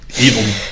evil